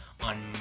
on